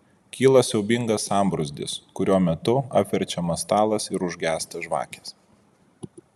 kyla siaubingas sambrūzdis kurio metu apverčiamas stalas ir užgęsta žvakės